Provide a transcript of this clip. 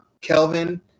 Kelvin